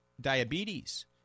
diabetes